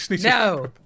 No